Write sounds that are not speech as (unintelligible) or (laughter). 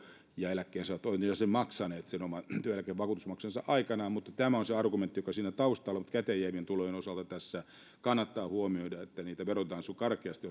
ja eläkkeensaajat ovat jo sen maksaneet sen oman työeläkevakuutusmaksunsa aikanaan tämä on se argumentti joka on siinä taustalla mutta käteenjäävien tulojen osalta tässä kannattaa huomioida että niitä verotetaan karkeasti (unintelligible)